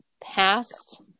past